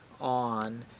on